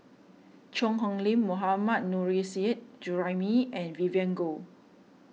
Cheang Hong Lim Mohammad Nurrasyid Juraimi and Vivien Goh